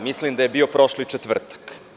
Mislim da je bio prošli četvrtak.